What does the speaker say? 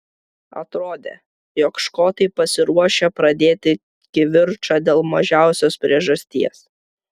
atrodė jog škotai pasiruošę pradėti kivirčą dėl mažiausios priežasties